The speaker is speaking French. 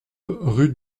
rue